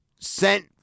Sent